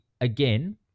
again